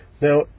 Now